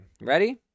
ready